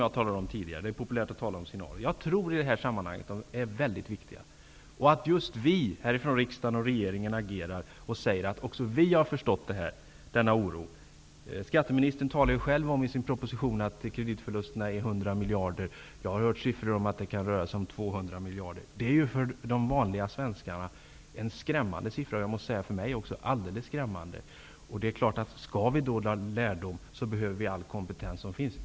Jag tror att sådana är mycket viktiga i detta sammanhang. Det är viktigt att vi från riksdag och regering agerar och säger att också vi förstår denna oro. Skatteministern talar själv i sin proposition om att kreditförlusterna är 100 miljarder. Jag har hört att det kan röra sig om siffror på 200 miljarder. Det är ju för de vanliga svenskarna, och för mig också, skrämmande siffror. Skall vi dra lärdom av detta, behöver vi all kompetens som finns.